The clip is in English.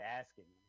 asking